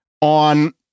on